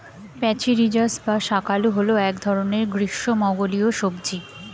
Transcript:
প্যাচিরিজাস বা শাঁকালু হল এক ধরনের গ্রীষ্মমণ্ডলীয় সবজি